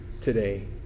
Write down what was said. today